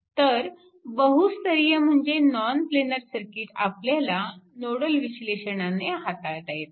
तर बहूस्तरीय म्हणजेच नॉन प्लेनार सर्किट आपल्याला नोडल विश्लेषणाने हाताळता येतात